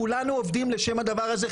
כולנו עובדים לשם הדבר הזה.